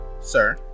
sir